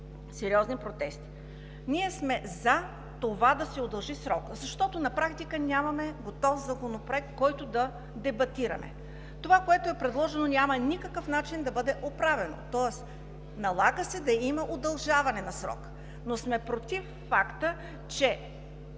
Ние сме да се удължи срокът, защото на практика нямаме готов законопроект, който да дебатираме. Това, което е предложено, няма никакъв начин да бъде оправено, тоест налага се да има удължаване на срока, но сме против факта, че